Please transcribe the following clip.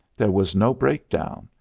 there was no breakdown,